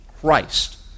Christ